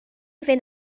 fynd